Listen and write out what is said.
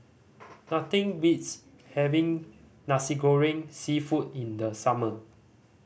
nothing beats having Nasi Goreng Seafood in the summer